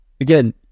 Again